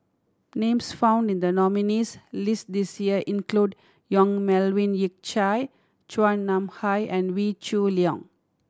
names found in the nominees' list this year include Yong Melvin Yik Chye Chua Nam Hai and Wee Shoo Leong